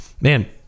man